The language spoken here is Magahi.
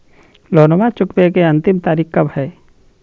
लोनमा चुकबे के अंतिम तारीख कब हय?